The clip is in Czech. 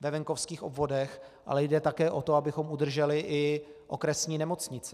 ve venkovských obvodech, ale jde také o to, abychom udrželi i okresní nemocnice.